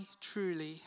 truly